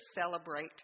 celebrate